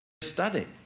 study